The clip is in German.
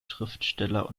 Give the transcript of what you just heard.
schriftsteller